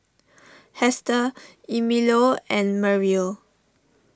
Hester Emilio and Merrill